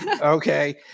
Okay